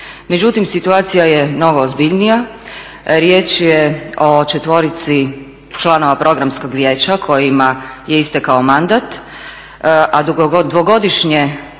Međutim, situacija je mnogo ozbiljnija, riječ je o četvorici članova programskog vijeća kojima je istekao mandat a dvogodišnje